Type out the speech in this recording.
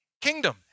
kingdom